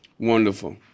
Wonderful